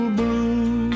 blue